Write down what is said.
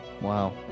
wow